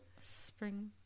spring